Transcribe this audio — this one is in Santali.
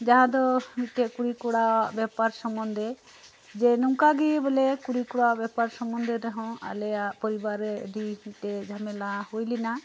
ᱡᱟᱸᱦᱟ ᱫᱚ ᱢᱤᱫᱴᱮᱡ ᱠᱩᱲᱤ ᱠᱚᱲᱟᱜ ᱵᱮᱯᱟᱨ ᱥᱚᱢᱚᱱᱫᱷᱮ ᱡᱮ ᱱᱚᱝᱠᱟ ᱵᱚᱞᱮ ᱠᱩᱲᱤ ᱠᱚᱲᱟ ᱵᱮᱯᱟᱨ ᱥᱚᱢᱚᱱᱫᱷᱮ ᱨᱮᱦᱚᱸ ᱟᱞᱮᱭᱟᱜ ᱯᱚᱨᱤᱵᱟᱨᱮ ᱟᱹᱰᱤ ᱢᱤᱫᱴᱮᱡ ᱡᱷᱟᱢᱮᱞᱟ ᱦᱩᱭ ᱞᱮᱱᱟ